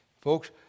Folks